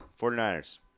49ers